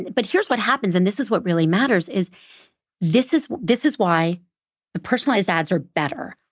but here's what happens, and this is what really matters, is this is this is why the personalized ads are better.